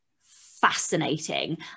fascinating